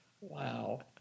Wow